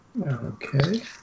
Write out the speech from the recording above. Okay